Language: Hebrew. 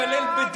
תוכל לקלל בדין.